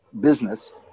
business